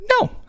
No